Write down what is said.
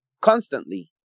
constantly